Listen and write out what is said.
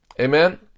Amen